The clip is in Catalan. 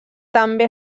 també